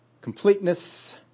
completeness